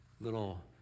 little